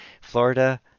Florida